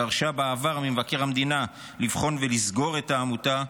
דרשה בעבר ממבקר המדינה לבחון ולסגור את העמותה,